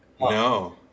No